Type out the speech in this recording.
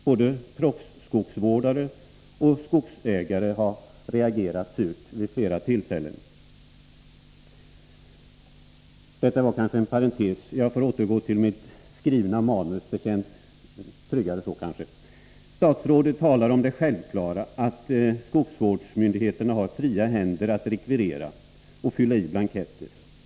Både proffsskogsvårdare och skogsägare har reagerat surt vid flera tillfällen. — Detta var en parentes. Jag får kanske återgå till mitt skrivna manus, det känns tryggare så. Statsrådet talar om det självklara att skogsvårdsstyrelserna har fria händer att rekvirera och fylla i blanketter.